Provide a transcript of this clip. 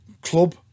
club